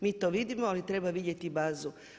Mi to vidimo ali treba vidjeti bazu.